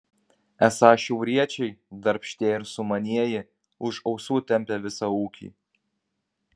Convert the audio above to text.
esą šiauriečiai darbštieji ir sumanieji už ausų tempią visą ūkį